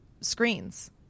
screens